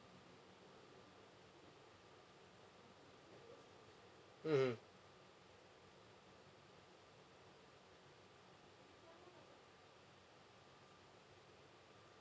mmhmm